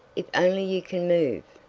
if only you can move?